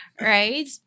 Right